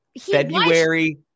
February